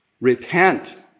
repent